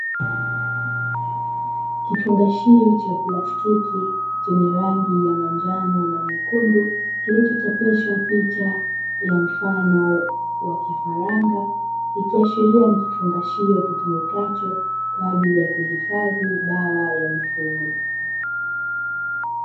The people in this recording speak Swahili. Kifungashio cha plastiki chenye rangi ya manjano na nyekundu, kilichochapishwa picha ya mfano wa kifaranga. Ikiashiria ni kifungashio kitumikacho kwa ajili ya kuhifadhi dawa ya mifugo.